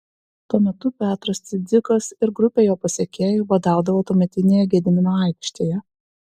tuo metu petras cidzikas ir grupė jo pasekėjų badaudavo tuometinėje gedimino aikštėje